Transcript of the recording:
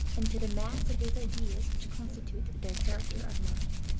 and to the mass of those ideas which constitute their character of mind.